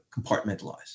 compartmentalize